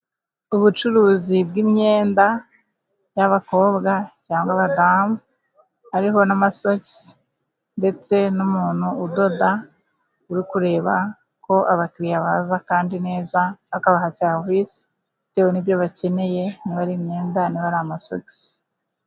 Ubucuruzi bw'imyenda y'abakobwa, cyangwa abadamu hariho na masogisi ndetse n'umuntu udoda, uri kureba ko abakiriya baza, kandi neza, akabaha serivisi, bitewe n'ibyo bakeneye, niba imyenda, niba ari amasogisi.